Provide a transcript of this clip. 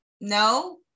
no